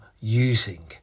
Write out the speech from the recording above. using